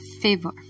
favor